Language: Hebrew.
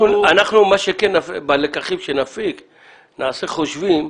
בלקחים שנפיק נעשה חושבים.